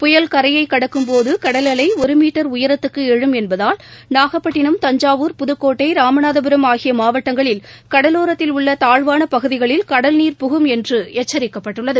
புயல் கரையை கடக்கும் போது கடல் அலை ஒரு மீட்டர் உயரத்துக்கு எழும் என்பதால் நாகபட்டினம் தஞ்சாவூர் புதக்கோட்டை ராமநாதபுரம் ஆகிய மாவட்டங்களில் கடலோரத்தில் உள்ள தாழ்வான பகுதிகளில் கடல்நீர் புகும் என்று எச்சரிக்கப்பட்டுள்ளது